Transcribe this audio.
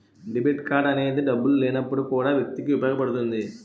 debit card అనేది డబ్బులు లేనప్పుడు కూడా వ్యక్తికి ఉపయోగపడుతుంది